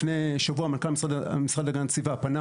לפני שבוע מנכ"ל המשרד להגנת הסביבה פנה